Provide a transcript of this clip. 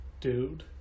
dude